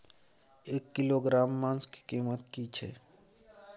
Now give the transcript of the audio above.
एक किलोग्राम मांस के कीमत की छै?